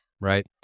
right